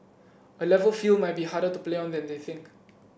A Level field might be harder to play on than they think